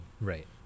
right